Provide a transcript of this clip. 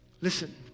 listen